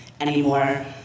anymore